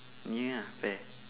ni ah pair